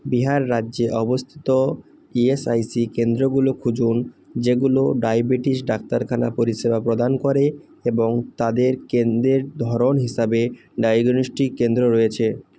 বিহার রাজ্যে অবস্থিত ইএসআইসি কেন্দ্রগুলো খুঁজুন যেগুলো ডায়াবেটিস ডাক্তারখানা পরিষেবা প্রদান করে এবং তাদের কেন্দ্রের ধরন হিসাবে ডায়গনস্টিক কেন্দ্র রয়েছে